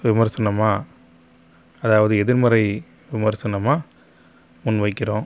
விமர்சனமாக அதாவது எதிர்மறை விமர்சனமாக முன் வைக்கிறோம்